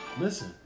Listen